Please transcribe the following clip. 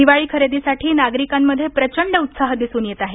दिवाळी खरेदीसाठी नागरिकांमध्ये प्रचंड उत्साह दिसून येतआहे